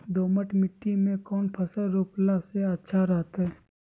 दोमट मिट्टी में कौन फसल रोपला से अच्छा रहतय?